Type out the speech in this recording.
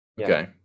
okay